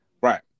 Right